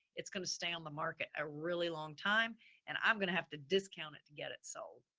it's going to stay on the market a really long time and i'm going to have to discount it to get it so